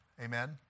Amen